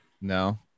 no